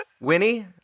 Winnie